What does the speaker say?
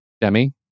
Demi